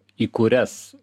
į kurias